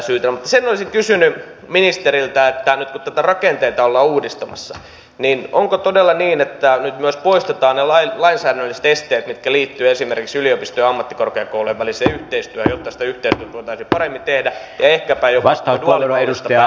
mutta sen olisin kysynyt ministeriltä että nyt kun näitä rakenteita ollaan uudistamassa niin onko todella niin että nyt myös poistetaan ne lainsäädännölliset esteet mitkä liittyvät esimerkiksi yliopistojen ja ammattikorkeakoulujen väliseen yhteistyöhön jotta sitä yhteistyötä voitaisiin paremmin tehdä ja ehkäpä jo